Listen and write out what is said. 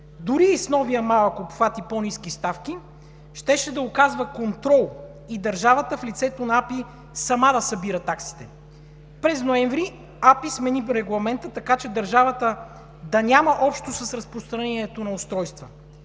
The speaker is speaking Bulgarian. дори и с новия малък обхват и по-ниски ставки, щеше да оказва контрол и държавата в лицето на АПИ сама да събира таксите. През ноември АПИ смени регламента, така че държавата да няма общо с разпространението на устройства,